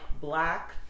black